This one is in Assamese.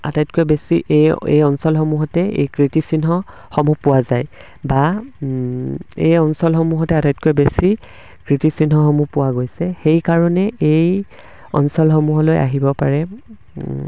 আটাইতকৈ বেছি এই এই অঞ্চলসমূহতে এই কীৰ্তিচিহ্নসমূহ পোৱা যায় বা এই অঞ্চলসমূহতে আটাইতকৈ বেছি কীৰ্তিচিহ্নসমূহ পোৱা গৈছে সেইকাৰণে এই অঞ্চলসমূহলৈ আহিব পাৰে